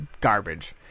garbage